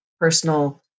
personal